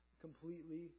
completely